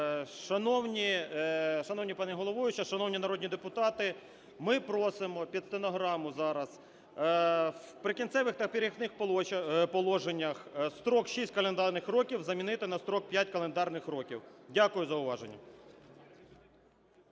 Шановна пані головуюча! Шановні народні депутати! Ми просимо, під стенограму зараз в "Прикінцевих та перехідних положеннях" "строк 6 календарних років" замінити на "строк 5 календарних років". Дякую за увагу.